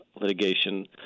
litigation